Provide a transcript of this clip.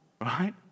Right